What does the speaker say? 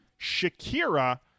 Shakira